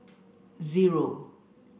zero